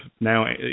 now